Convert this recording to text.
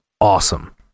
awesome